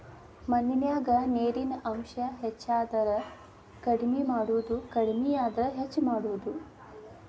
ಮಣ್ಣಿನ್ಯಾಗ ನೇರಿನ ಅಂಶ ಹೆಚಾದರ ಕಡಮಿ ಮಾಡುದು ಕಡಮಿ ಆದ್ರ ಹೆಚ್ಚ ಮಾಡುದು